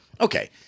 okay